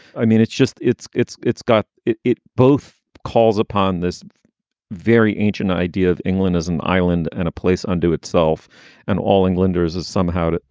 i mean, it's just it's it's it's got it it both calls upon this very ancient idea of england as an island and a place unto itself and all englander's is somehow.